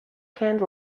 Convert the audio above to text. canned